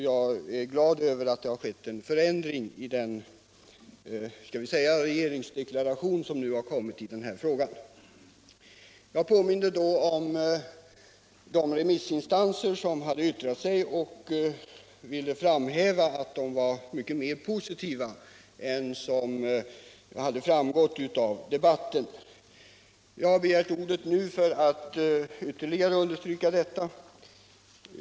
Jag är glad över att det i, om jag så får säga, den regeringsdeklaration som här lämnats i frågan nu redovisas en förändring. Jag påminde förra gången om att remissinstanserna varit mycket mer positiva än vad som framgått av debatten. Nu har jag begärt ordet för att ytterligare understryka detta förhållande.